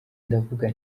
ndavuga